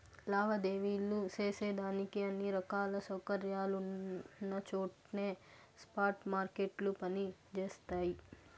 లావాదేవీలు సేసేదానికి అన్ని రకాల సౌకర్యాలున్నచోట్నే స్పాట్ మార్కెట్లు పని జేస్తయి